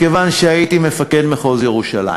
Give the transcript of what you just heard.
מכיוון שהייתי מפקד מחוז ירושלים,